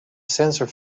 sensor